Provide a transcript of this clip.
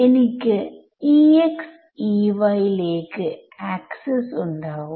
എനിക്ക് second order ഡെറിവേറ്റീവിന്റെ അപ്രോക്സിമേഷൻവേണം